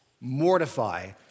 Mortify